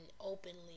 openly